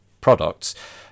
products